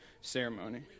ceremony